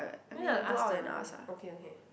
you want to ask the okay okay